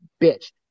bitch